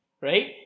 right